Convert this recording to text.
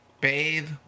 Bathe